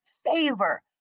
favor